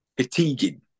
fatiguing